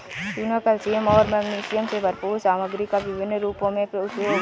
चूना कैल्शियम और मैग्नीशियम से भरपूर सामग्री का विभिन्न रूपों में उपयोग है